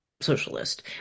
socialist